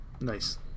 Nice